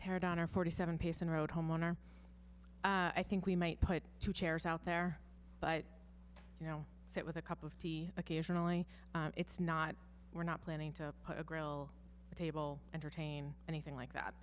tear down our forty seven paysan road homeowner i think we might put two chairs out there but you know sit with a cup of tea occasionally it's not we're not planning to a grill a table entertain anything like that